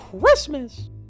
Christmas